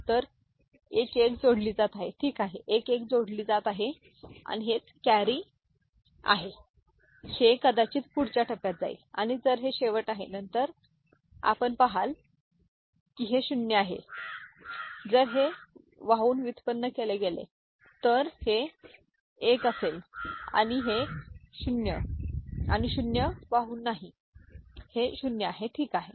तर 1 1 जोडली जात आहे ठीक आहे 1 1 जोडली जात आहे आणि हेच कॅरी आहे जे कदाचित पुढच्या टप्प्यात जाईल आणि जर हे शेवट आहे नंतर आपण पहाल की हे 0 आहे जर हे वाहून व्युत्पन्न केले गेले तर हे 1 असेल आणि हे 0 आहे आणि हे 0 वाहून नाही हे 0 आहे ठीक आहे